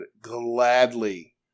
gladly